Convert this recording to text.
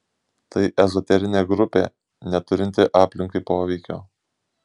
tai ezoterinė grupė neturinti aplinkai poveikio